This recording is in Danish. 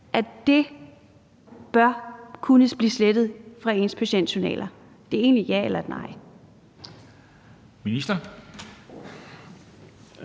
at det bør kunne blive slettet fra ens patientjournaler? Det er egentlig et ja eller nej. Kl.